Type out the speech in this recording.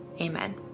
amen